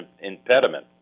impediment